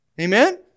Amen